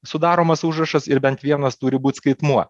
sudaromas užrašas ir bent vienas turi būt skaitmuo